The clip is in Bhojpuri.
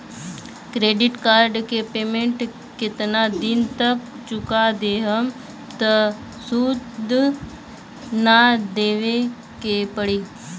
क्रेडिट कार्ड के पेमेंट केतना दिन तक चुका देहम त सूद ना देवे के पड़ी?